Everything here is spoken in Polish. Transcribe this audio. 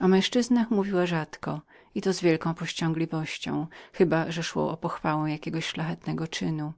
o męzczyznach mówiła rzadko i to z wielką powściągliwością chyba że szło o pochwałę jakiego szlachetnego uczynku